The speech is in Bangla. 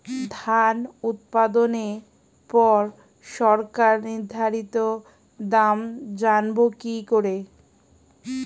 ধান উৎপাদনে পর সরকার নির্ধারিত দাম জানবো কি করে?